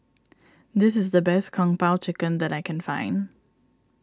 this is the best Kung Po Chicken that I can find